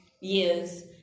years